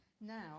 Now